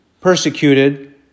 persecuted